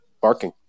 Barking